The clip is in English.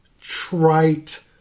trite